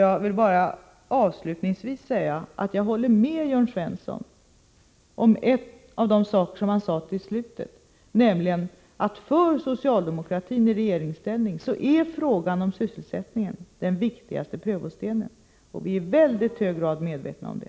Jag vill bara avslutningsvis instämma i en av de saker som Jörn Svensson framhöll, nämligen att för socialdemokratin i regeringsställning är sysselsättningen den viktigaste prövostenen. Vi är i väldigt hög grad medvetna om det.